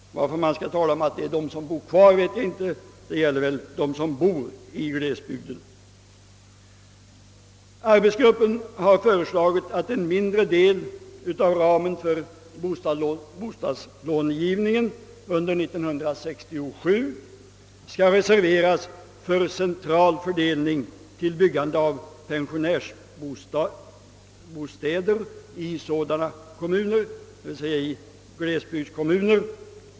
— Varför man skall tala om dem som »bor kvar» i glesbygden vet jag inte; det rör väl dem som bor i glesbygden. Arbetsgruppen har föreslagit att en mindre del av ramen för bostadslånegivning under 1967 skall reserveras för central fördelning till byggande av pensionärsbostäder i sådana kommuner, d.v.s. i glesbygdskommuner.